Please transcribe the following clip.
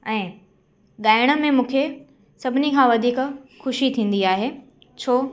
ऐं ॻाइण में मूंखे सभिनी खां वधीक ख़ुशी थींदी आहे छो